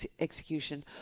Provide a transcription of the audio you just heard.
execution